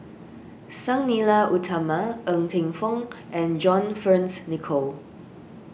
Sang Nila Utama Ng Teng Fong and John Fearns Nicoll